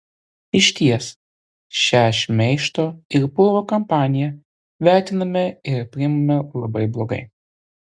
išties šią šmeižto ir purvo kampaniją vertiname ir priimame labai blogai